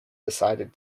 decided